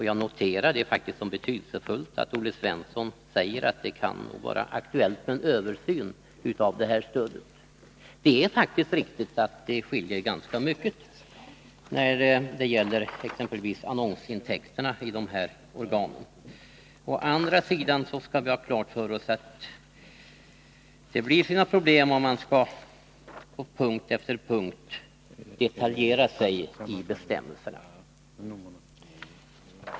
Jag noterar som betydelsefullt att Olle Svensson säger att det kan vara aktuellt med en översyn av stödet. Det är faktiskt riktigt att det skiljer ganska mycket när det gäller exempelvis annonsintäkterna i de här organen. Å andra sidan skall vi vara medvetna om att det har sina problem om man skall på punkt efter punkt göra bestämmelserna detaljerade.